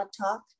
talk